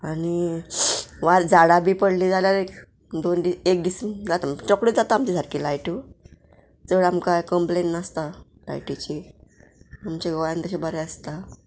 आनी वाज झाडां बी पडली जाल्यार एक दोन दीस एक दीस जाता चकडी जाता आमचे सारकी लायटू चड आमकां कंप्लेन नासता लायटीची आमच्या गोंयान तशें बरें आसता